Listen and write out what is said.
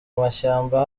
mashyamba